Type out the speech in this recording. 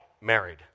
married